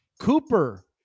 Cooper